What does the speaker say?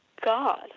God